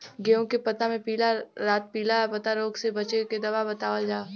गेहूँ के पता मे पिला रातपिला पतारोग से बचें के दवा बतावल जाव?